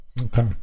okay